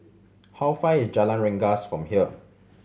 how far is Jalan Rengas from here